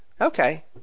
Okay